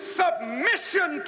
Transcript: submission